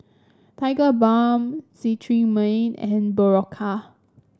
Tigerbalm Cetrimide and Berocca